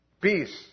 peace